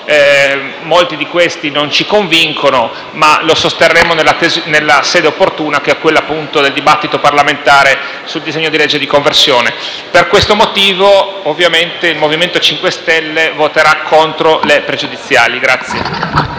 molti di questi non ci convincono, ma lo sosterremo nella sede opportuna, che è quella, appunto, del dibattito parlamentare sul disegno di legge di conversione. Per questo motivo il MoVimento 5 Stelle voterà contro le proposte di